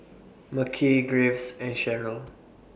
Mekhi Graves and Cherrelle